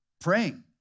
Praying